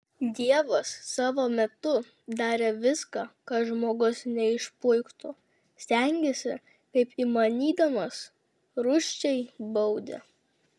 dievas savo metu darė viską kad žmogus neišpuiktų stengėsi kaip įmanydamas rūsčiai baudė